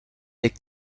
est